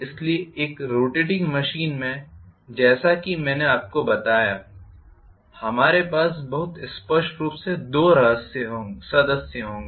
इसलिए एक rotating machine में जैसा कि मैंने आपको बताया कि हमारे पास बहुत स्पष्ट रूप से दो सदस्य होंगे